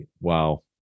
Wow